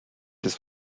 this